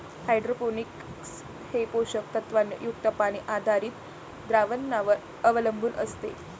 hydroponics हे पोषक तत्वांनी युक्त पाणी आधारित द्रावणांवर अवलंबून असते